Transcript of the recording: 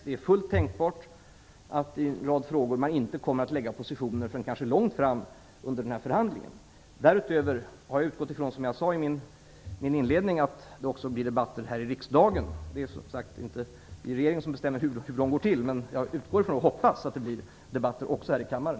Det är fullt tänkbart att man i en rad frågor inte kommer att lägga fram positioner förrän kanske långt fram i denna förhandling. Därutöver har jag utgått ifrån, som jag sade i min inledning, att det också blir debatter här i riksdagen. Det är som sagt inte regeringen som bestämmer hur det går till. Men jag utgår ifrån och hoppas att det blir debatter också här i kammaren.